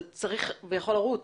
זה צריך ויכול לרוץ.